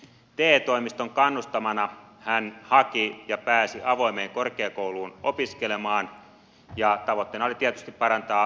te toimiston kannustamana hän haki ja pääsi avoimeen korkeakouluun opiskelemaan ja tavoitteena oli tietysti parantaa työllistymismahdollisuuksia